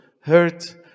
hurt